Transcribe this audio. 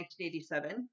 1987